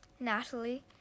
Natalie